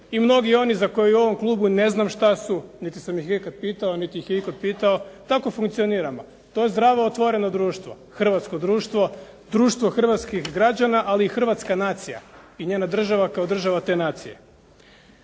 i mnogi oni za koje u ovom klubu ne znam šta su niti sam ih ikad pitao, niti ih je itko pitao. Tako funkcioniramo. To je zdravo, otvoreno društvo, hrvatsko društvo, društvo hrvatskih građana, ali i hrvatska nacija i njena država kao država te nacije.